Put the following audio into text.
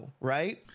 right